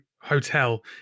hotel